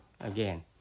again